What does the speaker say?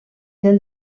del